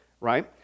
right